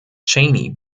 chaney